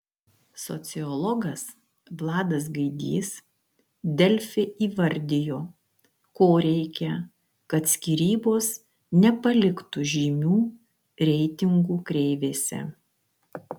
sociologas vladas gaidys delfi įvardijo ko reikia kad skyrybos nepaliktų žymių reitingų kreivėse